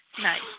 Nice